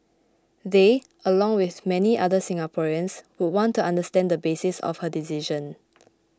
they along with many other Singaporeans would want to understand the basis of her decision